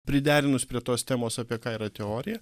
priderinus prie tos temos apie ką yra teorija